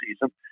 season